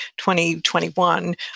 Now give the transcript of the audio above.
2021